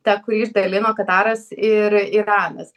tą kurį išdalino kataras ir iranas